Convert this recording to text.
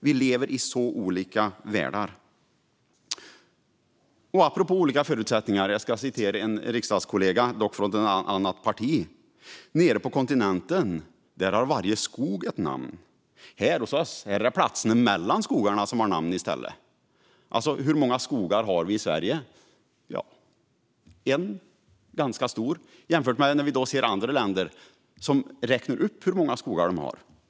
Vi lever i helt olika världar. Apropå olika förutsättningar sa en riksdagskollega från ett annat parti så här: Nere på kontinenten har varje skog ett namn. Hos oss är det platserna mellan skogarna som har namn i stället. Hur många skogar har vi i Sverige? En stor. I andra länder räknar man i stället upp hur många skogar de har.